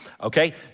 Okay